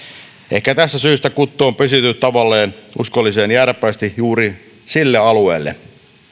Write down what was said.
ehkä tästä syystä kuttu on pesiytynyt tavoilleen uskollisena jääräpäisesti juuri sille alueelle